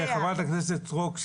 חברת הכנסת סטרוק,